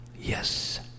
Yes